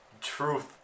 truth